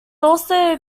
also